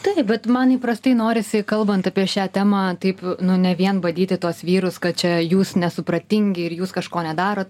taip bet man įprastai norisi kalbant apie šią temą taip nu ne vien badyti tuos vyrus kad čia jūs nesupratingi ir jūs kažko nedarot